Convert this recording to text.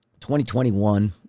2021